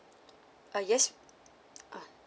uh yes uh